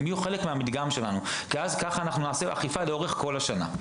הם יהיו חלק מהמדגם שלנו וככה אנחנו נעשה אכיפה לאורך כל השנה.